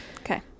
Okay